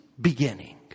beginning